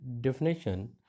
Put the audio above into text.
definition